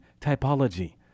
typology